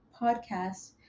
podcast